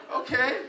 okay